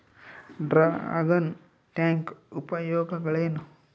Dragon tank ಉಪಯೋಗಗಳೇನು?